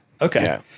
Okay